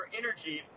energy